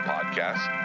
podcast